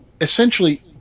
essentially